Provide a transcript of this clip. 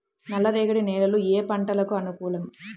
నల్లరేగడి నేలలు ఏ పంటలకు అనుకూలం?